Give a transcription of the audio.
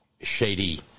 shady